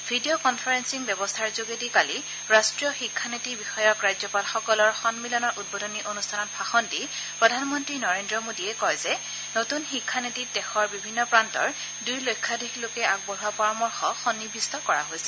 video conferencing ব্যৱস্থাৰ যোগেদি কালি ৰষ্ট্ৰীয় শিক্ষা নীতি বিষয়ক ৰাজ্যপালসকলৰ সম্মিলনৰ উদ্বোধনী অনুষ্ঠানত ভাষণ দি প্ৰধানমন্ত্ৰী নৰেন্দ্ৰ মেদীয়ে কয় যে নতুন শিক্ষা নীতিত দেশৰ বিভিন্ন প্ৰান্তৰ দুই লক্ষাধীক লোকে আগবঢ়োৱা পৰামৰ্শ সন্নিৱিষ্ট কৰা হৈছে